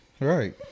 Right